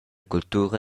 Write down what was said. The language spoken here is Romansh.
cultura